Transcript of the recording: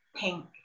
pink